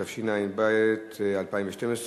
התשע"ב 2012,